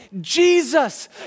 Jesus